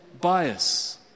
bias